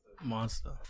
Monster